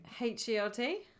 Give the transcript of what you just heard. H-E-L-T